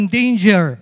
danger